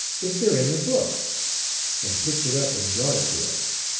if there aint a book and picked it up and brought it to us.